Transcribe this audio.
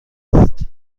است